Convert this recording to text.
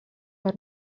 per